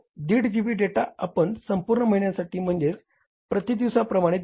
5 GB data आपण संपूर्ण महिन्यासाठी म्हणजे प्रतिदिवसाप्रमाणे 1